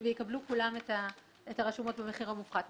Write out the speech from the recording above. את הרשומות במחיר המופחת.